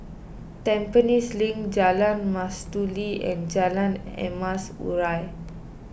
Tampines Link Jalan Mastuli and Jalan Emas Urai